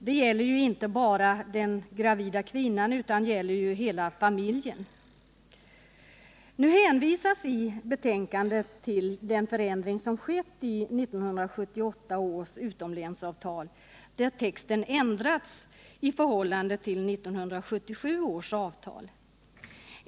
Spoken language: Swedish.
Det gäller ju inte bara den gravida kvinnan utan hela familjen. Nu hänvisas i betänkandet till den förändring som skett i 1978 års utomlänsavtal, där texten ändrats i förhållande till 1977 års avtal.